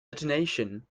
detonation